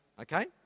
Okay